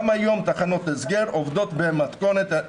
גם היום תחנות הסגר עובדות במתכונת.